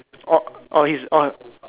or or he is or